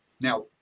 Now